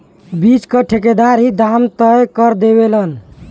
बीच क ठेकेदार ही दाम तय कर देवलन